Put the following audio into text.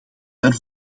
naar